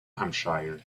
hampshire